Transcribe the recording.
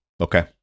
Okay